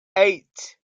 eight